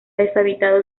deshabitado